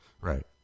Right